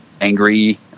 angry